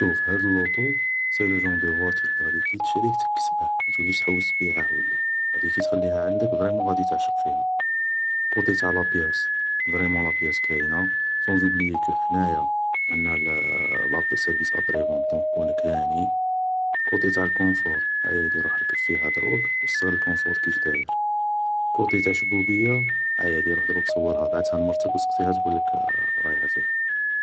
شوف هاد اللوطو سي لو جونرغ دو فواتير لي غادي كي تشريه تكسبه, ما توليش تحوس تبيعه ولا, غادي كي تخليها عندك غادي فريمون تولي تعشق فيها, كوطي تاع لا بياس, فريمون لا بياس كاينة, سون زوبلي كو حنايا عندنا سارفيس ابري فونت, دونك كونك هاني, كوطي تاع الكونفور هايادي روح اركب فيها دروك و استغل كونفور كيش داير, كوطي تاع شبوبية, هايادي روح دروك صورها بعتها لمرتك و سقسيها تقولك رايها فيها